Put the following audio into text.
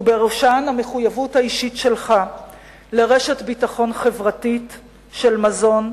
ובראשן המחויבות האישית שלך לרשת ביטחון חברתית של מזון.